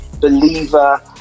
believer